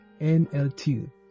NLT